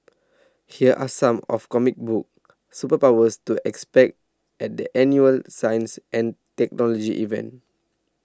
here are some of comic book superpowers to expect at the annual science and technology event